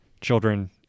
children